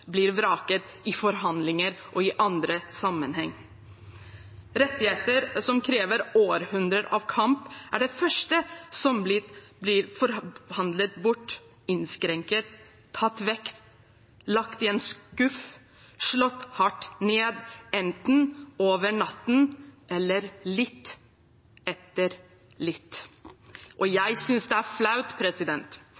blir vraket i forhandlinger og i andre sammenhenger. Rettigheter som har krevd århundrer med kamp, er det første som blir forhandlet bort, innskrenket, tatt vekk, lagt i en skuff og slått hardt ned på – enten over natten, eller litt etter litt.